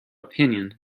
opinion